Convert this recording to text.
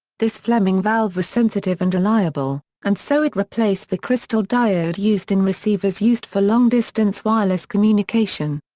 this fleming valve was sensitive and reliable, and so it replaced the crystal diode used in receivers used for long-distance wireless communication.